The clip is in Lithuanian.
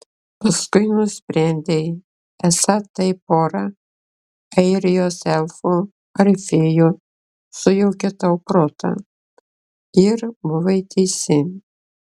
paskui nusprendei esą tai pora airijos elfų ar fėjų sujaukė tau protą ir buvai teisi